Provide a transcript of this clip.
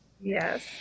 Yes